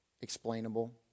explainable